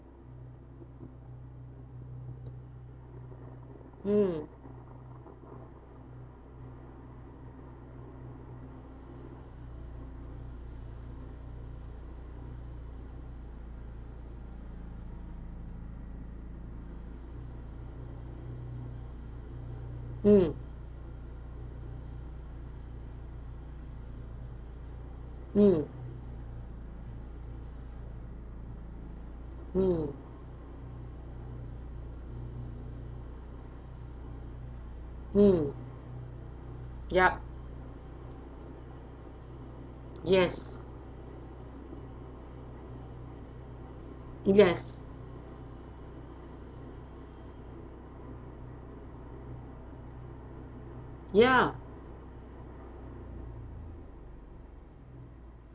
mm mm mm mm mm yup yes yes ya